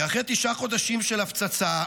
כי אחרי תשעה חודשים של הפצצה,